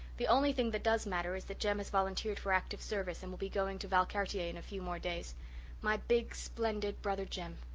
the only thing that does matter is that jem has volunteered for active service and will be going to valcartier in a few more days my big, splendid brother jem.